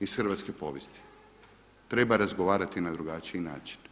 iz hrvatske povijesti treba razgovarati na drugačiji način.